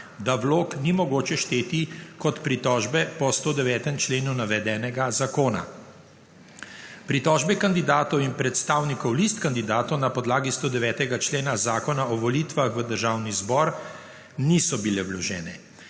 da vlog ni mogoče šteti kot pritožbe po 109. členu navedenega zakona. Pritožbe kandidatov in predstavnikov list kandidatov na podlagi 109. člena Zakona o volitvah v državni zbor niso bile vložene.